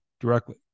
directly